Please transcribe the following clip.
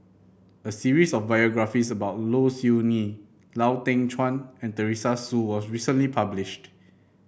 a series of biographies about Low Siew Nghee Lau Teng Chuan and Teresa Hsu was recently published